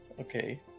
Okay